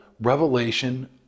revelation